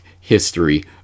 history